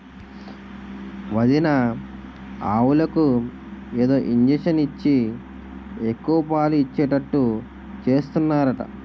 వదినా ఆవులకు ఏదో ఇంజషను ఇచ్చి ఎక్కువ పాలు ఇచ్చేటట్టు చేస్తున్నారట